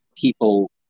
people